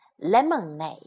Lemonade